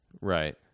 right